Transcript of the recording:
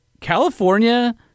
California